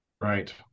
right